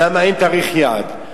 למה אין תאריך יעד?